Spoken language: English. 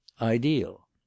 ideal